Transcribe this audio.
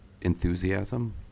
enthusiasm